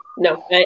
No